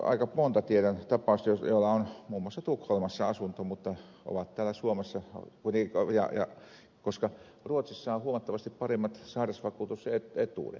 aika monta tiedän semmoista tapausta joilla on muun muassa tukholmassa asunto vaikka he ovat täällä suomessa koska ruotsissa on huomattavasti paremmat sairausvakuutusetuudet